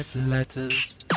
Letters